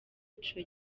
ico